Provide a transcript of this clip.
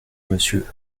monsieur